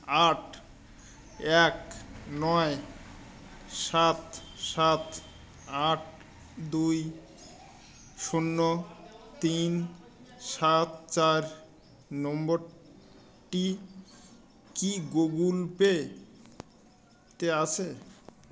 আট এক নয় সাত সাত আট দুই শূন্য তিন সাত চার নম্বরটি কি গুগল পেতে আছে